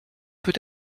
peut